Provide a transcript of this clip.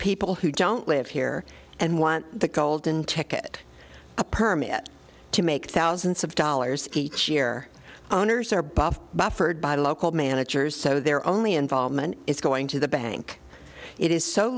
people who don't live here and want the golden ticket a permit to make thousands of dollars each year the owners are buff buffered by local managers so they're only involvement is going to the bank it is so